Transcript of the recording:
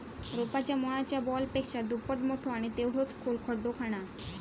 रोपाच्या मुळाच्या बॉलपेक्षा दुप्पट मोठो आणि तेवढोच खोल खड्डो खणा